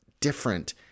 different